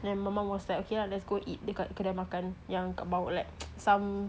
then my mum was like okay lah let's go eat dekat kedai makan yang kat bawa like some